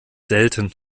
selten